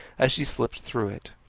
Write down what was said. as she slipped through it,